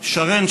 שרן,